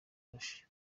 arusha